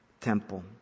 temple